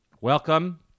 welcome